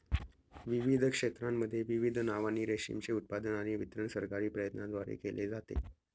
विविध क्षेत्रांमध्ये विविध नावांनी रेशीमचे उत्पादन आणि वितरण सरकारी प्रयत्नांद्वारे केले जाते